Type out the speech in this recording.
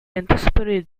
anticipated